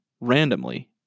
randomly